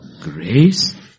grace